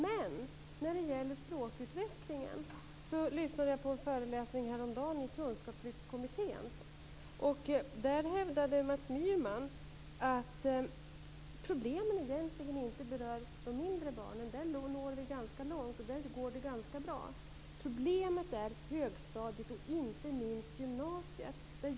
Men när det gäller språkutvecklingen vill jag säga att jag häromdagen lyssnade på en föreläsning i Kunskapslyftskommittén. Där hävdade Mats Myhrman att problemen egentligen inte berör de mindre barnen. Med dem når vi ganska långt, och det går ganska bra. Problemet är högstadiet och inte minst gymnasiet.